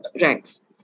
ranks